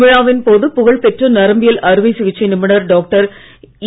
விழாவின் போது புகழ்பெற்ற நரம்பியல் அறுவை சிகிச்சை நிபுணர் டாக்டர் ஏ